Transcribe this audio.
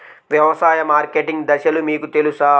వ్యవసాయ మార్కెటింగ్ దశలు మీకు తెలుసా?